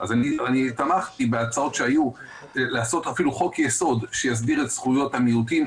אז תמכתי בהצעות שהיו לעשות אפילו חוק יסוד שיסדיר את זכויות המיעוטים,